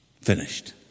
Finished